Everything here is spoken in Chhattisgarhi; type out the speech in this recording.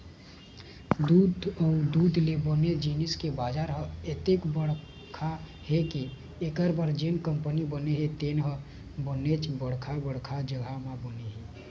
दूद अउ दूद ले बने जिनिस के बजार ह अतेक बड़का हे के एखर बर जेन कंपनी बने हे तेन ह बनेच बड़का बड़का जघा म बने हे